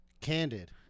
Candid